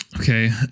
Okay